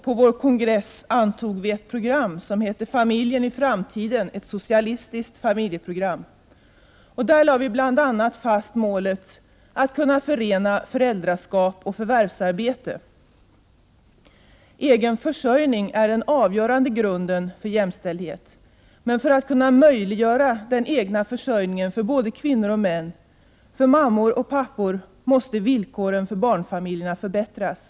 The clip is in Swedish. På vår kongress antog vi då programmet ”Familjen i framtiden, ett socialistiskt familjeprogram.” Där lade vi bl.a. fast målet ”att kunna förena föräldraskap och förvärvsarbete.” Egen försörjning är den avgörande grunden för jämställdhet. Men för att kunna möjliggöra den egna försörjningen för både kvinnor och män, för mammor och pappor, måste villkoren för barnfamiljer förbättras.